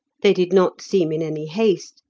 they did not seem in any haste,